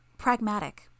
Pragmatic